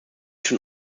schon